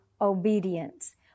obedience